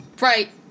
right